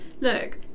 look